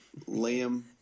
Liam